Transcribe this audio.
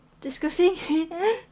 discussing